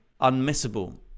unmissable